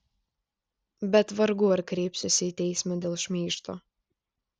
bet vargu ar kreipsiuosi į teismą dėl šmeižto